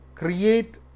create